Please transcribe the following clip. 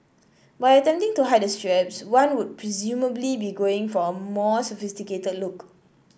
by attempting to hide the straps one would presumably be going for a more sophisticated look